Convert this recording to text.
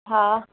हा